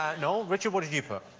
ah noel, richard, what did you put?